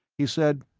he said,